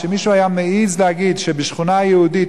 שמישהו היה מעז להגיד שבשכונה יהודית,